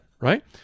right